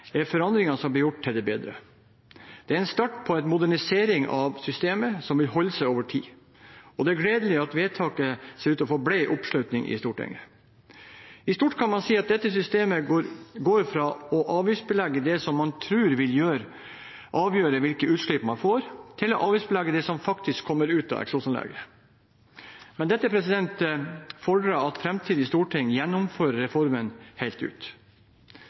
er forandringene som blir gjort, til det bedre. Det er en start på en modernisering av systemet som vil holde seg over tid. Det er gledelig at vedtaket ser ut til å få bred oppslutning i Stortinget. I stort kan man si at dette systemet går fra å avgiftsbelegge det som man tror vil avgjøre hvilket utslipp man får, til å avgiftsbelegge det som faktisk kommer ut av eksosanlegget. Men dette fordrer at framtidige storting gjennomfører reformen helt ut.